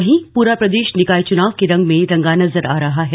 वहीं पूरा प्रदेश निकॉय चुनाव के रंग में रंगा नजर आ रहा है